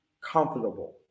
comfortable